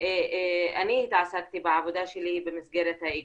אני התעסקתי בעבודה שלי במסגרת האיגוד.